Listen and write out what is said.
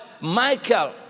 Michael